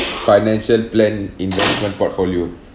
financial plan investment portfolio